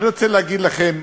אני רוצה להגיד לכם,